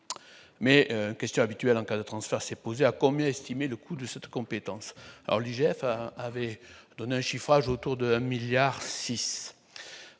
mai question habituelle en cas de transfert s'est posé à combien estimez le coût de cette compétence alors l'IGF avait donné un chiffrage autour de 1 milliard